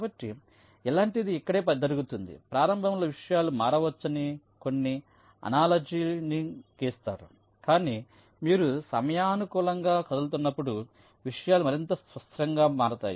కాబట్టి ఇలాంటిదే ఇక్కడ జరుగుతుంది ప్రారంభంలో విషయాలు మారవచ్చని కొన్ని అనాలోజి ని గీస్తారు కానీ మీరు సమయానుకూలంగా కదులుతున్నప్పుడు విషయాలు మరింత స్థిరంగా మారతాయి